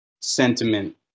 sentiment